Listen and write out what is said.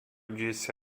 disse